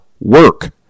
Work